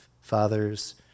fathers